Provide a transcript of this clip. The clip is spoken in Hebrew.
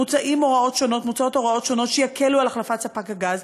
מוצעות הוראות שונות שיקלו החלפת ספק הגז,